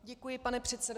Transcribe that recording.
Děkuji, pane předsedo.